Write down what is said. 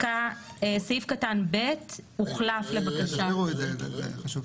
סעיף קטן ב הוחלף לבקשת הייעוץ המשפטי.